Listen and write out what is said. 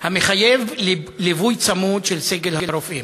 המחייב ליווי צמוד של סגל הרופאים.